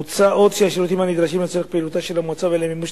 מוצע עוד שהשירותים הנדרשים לצורך פעילותה של המועצה ולמימוש